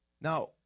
Now